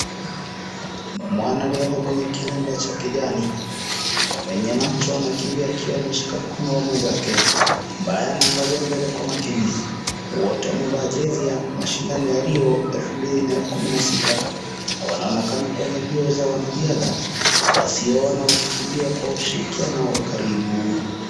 Mwanariadha mwenye kilemba cha kijani mwenye macho anakimbia akiwa ameshika mkono wa mwenzake ambaye anaangalia mbele kwa makini. Wote wamevaa jezi ya mashindano ya Rio 2006 na wanaonekana kwenye mbio za riadha wasiiona wakikimbia kwa ushirikiano wa karibu.